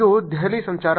ಇದು ದೆಹಲಿ ಸಂಚಾರ